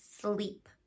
sleep